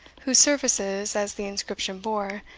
whose services, as the inscription bore,